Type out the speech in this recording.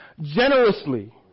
generously